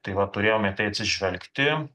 tai va turėjom į tai atsižvelgti